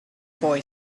boy